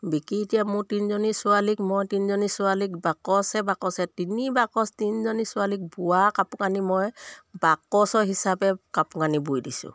বিকি এতিয়া মোৰ তিনিজনী ছোৱালীক মই তিনিজনী ছোৱালীক বাকচে বাকচে তিনি বাকচ তিনিজনী ছোৱালীক বোৱা কাপোৰ কানি মই বাকচৰ হিচাপে কাপোৰ কানি বুই দিছোঁ